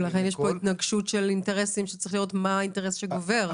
יש פה התנגשות אינטרסים וצריך לראות מה האינטרס שגובר.